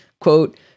quote